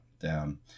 down